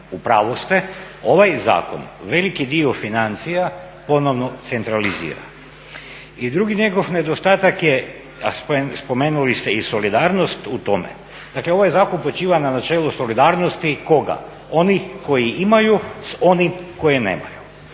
u pravu ste ovaj zakon veliki dio financija ponovno centralizira. I drugi njegov nedostatak je, a spomenuli ste i solidarnost, u tome. Dakle, ovaj zakon počiva na načelu solidarnosti, koga? Onih koji imaju s onima koji nemaju.